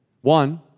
One